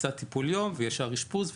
קצת טיפול יום וישר אשפוז,